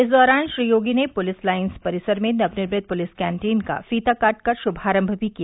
इस दौरान श्री योगी ने पूलिस लाइंस परिसर में नवनिर्मित पूलिस कैन्टीन का फ़ीता काट कर श्मारम्भ भी किया